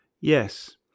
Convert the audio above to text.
yes